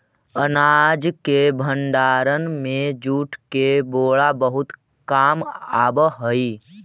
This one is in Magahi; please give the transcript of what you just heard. अनाज के भण्डारण में जूट के बोरा बहुत काम आवऽ हइ